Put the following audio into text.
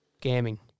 gaming